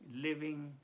Living